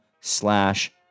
slash